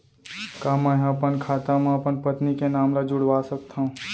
का मैं ह अपन खाता म अपन पत्नी के नाम ला जुड़वा सकथव?